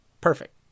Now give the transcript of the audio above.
perfect